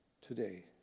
today